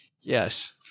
Yes